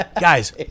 Guys